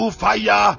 fire